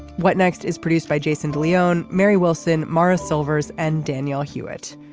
what next is produced by jason leone. mary wilson morris silvers and danielle hewett.